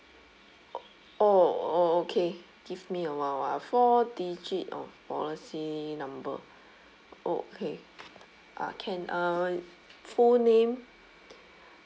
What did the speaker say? oh okay give me awhile ah four digit of policy number okay uh can uh full name